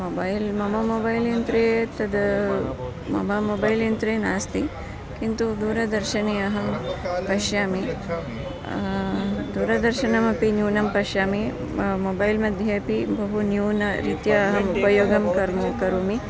mobile मम mobile यन्त्रे तत् मम मोबैल् यन्त्रे नास्ति किन्तु दूरदर्शने अहं पश्यामि दूरदर्शनमपि न्यूनं पश्यामि मम मोबैल् मध्ये अपि बहु न्यूनरीत्या अहम् उपयोगं कर्तुं करोमि